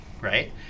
right